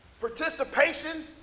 Participation